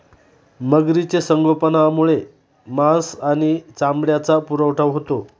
मगरीचे संगोपनामुळे मांस आणि चामड्याचा पुरवठा होतो